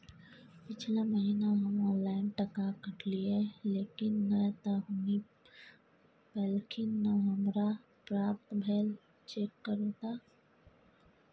पिछला महीना हम ऑनलाइन टका कटैलिये लेकिन नय त हुनी पैलखिन न हमरा प्राप्त भेल, चेक करू त?